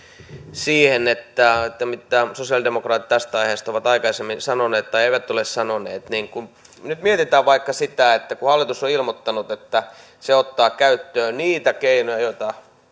siihen mitä sosialidemokraatit tästä aiheesta ovat aikaisemmin sanoneet tai eivät ole sanoneet niin kun nyt mietitään vaikka sitä että hallitus on ilmoittanut että se ottaa käyttöön niitä keinoja joita